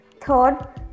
third